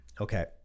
okay